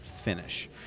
finish